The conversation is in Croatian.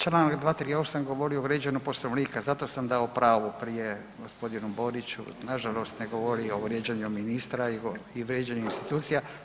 Čl. 238. govori o vrijeđanju Poslovnika zato sam dao pravo prije gospodinu Boriću, nažalost ne govori o vrijeđanju ministra i vrijeđanju institucija.